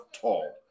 tall